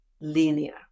linear